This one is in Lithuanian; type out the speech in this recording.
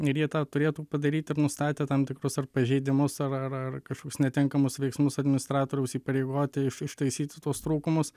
ir jie tą turėtų padaryti ir nustatę tam tikrus ar pažeidimus ar ar ar kažkokius netinkamus veiksmus administratoriaus įpareigoti iš ištaisyti tuos trūkumus